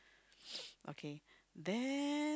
okay then